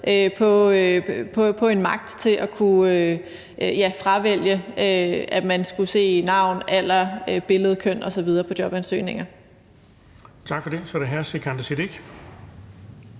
på en magt til at fravælge, at man skal se navn, alder, billede, køn osv. på jobansøgninger.